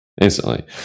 instantly